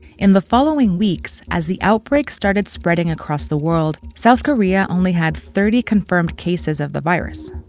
in the following weeks, as the outbreak started spreading across the world, south korea only had thirty confirmed cases of the virus.